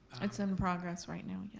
it's in progress right now, and